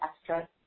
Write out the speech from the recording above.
extra